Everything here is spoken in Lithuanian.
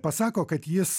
pasako kad jis